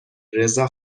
رضا